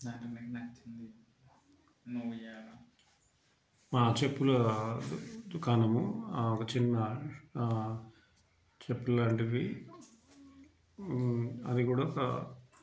మా చెప్పుల దుకాణము ఒక చిన్న చెప్పుల్లాంటివి అది కూడా ఒక